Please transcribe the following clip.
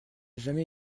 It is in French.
jamais